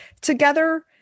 together